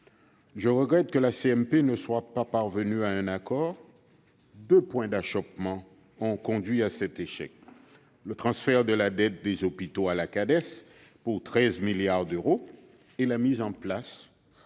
mixte paritaire ne soit pas parvenue à un accord. Deux points d'achoppement ont conduit à cet échec : le transfert de la dette des hôpitaux à la Cades, pour 13 milliards d'euros, et la mise en place